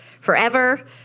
forever